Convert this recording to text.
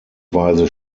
weise